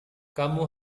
kamu